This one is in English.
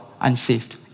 unsaved